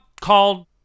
called